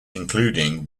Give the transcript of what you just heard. including